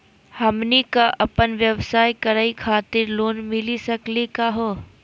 हमनी क अपन व्यवसाय करै खातिर लोन मिली सकली का हो?